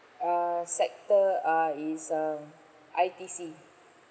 uh sector uh is um I_T_C